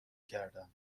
کردم